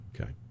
Okay